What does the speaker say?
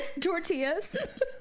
Tortillas